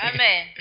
Amen